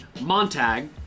Montag